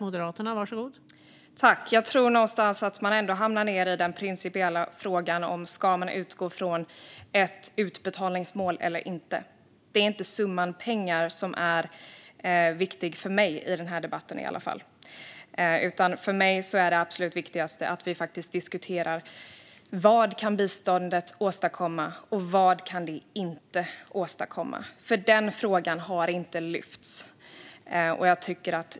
Fru talman! Jag tror någonstans att man ändå hamnar i den principiella frågan om man ska utgå från ett utbetalningsmål eller inte. Det är i varje fall inte summan pengar som är viktig för mig i den här debatten. För mig är det absolut viktigaste att vi diskuterar: Vad kan biståndet åstadkomma, och vad kan det inte åstadkomma? Den frågan har inte lyfts fram.